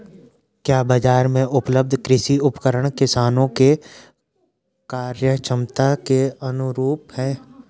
क्या बाजार में उपलब्ध कृषि उपकरण किसानों के क्रयक्षमता के अनुरूप हैं?